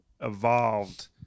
evolved